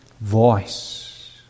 voice